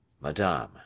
Madame